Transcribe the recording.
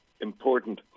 important